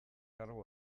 kargu